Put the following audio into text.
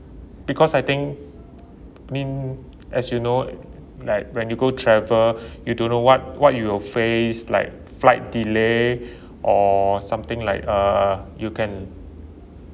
because I think mean as you know like when you go travel you don't know what what you will face like flight delay or something like uh you can